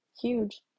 huge